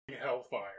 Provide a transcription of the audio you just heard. Hellfire